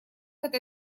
это